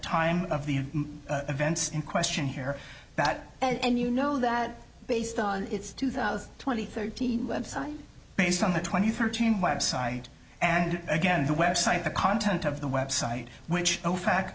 time of the events in question here that and you know that based on it's two thousand twenty thirteen based on the twenty thirteen web site and again the web site the content of the website which o